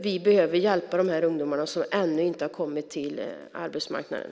Vi behöver hjälpa de ungdomar som ännu inte har kommit in på arbetsmarknaden.